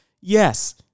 Yes